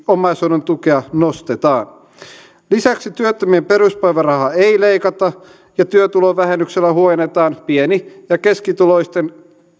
omaishoidon tukea nostetaan lisäksi työttömien peruspäivärahaa ei leikata ja työtulovähennyksellä huojennetaan pieni ja keskituloisten